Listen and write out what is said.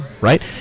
right